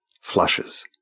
flushes